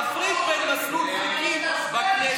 תפריד בין מסלול חוקי בכנסת,